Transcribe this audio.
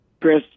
Chris